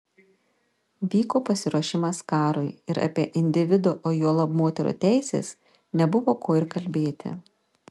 vyko pasiruošimas karui ir apie individo o juolab moterų teises nebuvo ko ir kalbėti